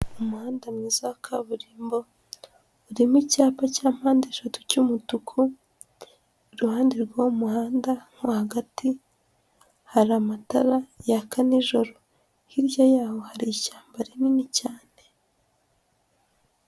Umuhanda mwiza wa kaburimbo urimo icyapa cya mpande eshatu cy'umutuku, iruhande rw'uwo muhanda mo hagati hari amatara yaka nijoro, hirya yaho hari ishyamba rinini cyane.